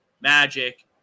Magic